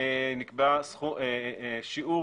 נקבע שיעור